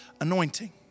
Anointing